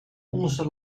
onderste